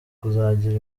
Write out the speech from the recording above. kuzagira